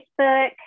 Facebook